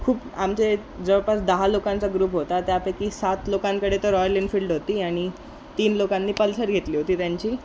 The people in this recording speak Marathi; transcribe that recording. खूप आमचे जवळपास दहा लोकांचा ग्रुप होता त्यापैकी सात लोकांकडे तर रॉयल एनफिल्ड होती आणि तीन लोकांनी पल्सर घेतली होती त्यांची